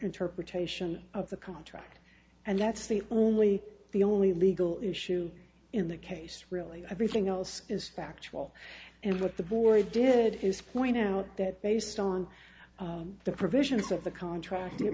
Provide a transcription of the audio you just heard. interpretation of the contract and that's the only the only legal issue in the case really everything else is factual and what the board did is point out that based on the provisions of the contract it